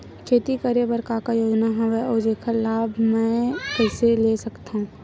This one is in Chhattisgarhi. खेती करे बर का का योजना हवय अउ जेखर लाभ मैं कइसे ले सकत हव?